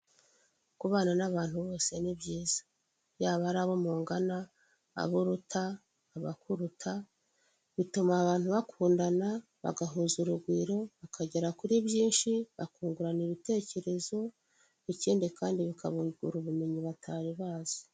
Kubana n'abantu bose ni byiza. Yaba ari abo mungana, abo uruta, abakuruta, bituma abantu bakundana, bagahuza urugwiro, bakagera kuri byinshi, bakungurana ibitekerezo, ikindi kandi bikabungura ubumenyi batari bazi.